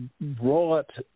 brought